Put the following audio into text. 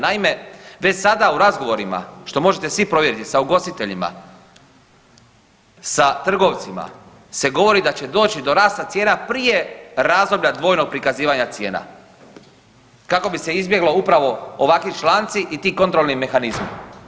Naime, već sada u razgovorima što možete svi provjeriti sa ugostiteljima, sa trgovcima se govori da će doći do rasta cijena prije razdoblja dvojnog prikazivanja cijena kako bi se izbjeglo upravo ovakvi članci i ti kontrolni mehanizmi.